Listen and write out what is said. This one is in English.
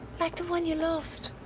like the one you lost?